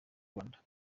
rwanda